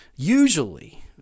Usually